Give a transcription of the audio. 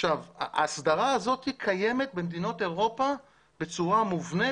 ההסדרה הזאת קיימת במדינות אירופה בצורה מובנית